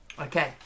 Okay